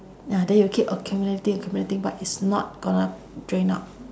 ya then it will get accumulating accumulating but it's not gonna drain out